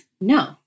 No